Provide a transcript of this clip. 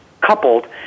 coupled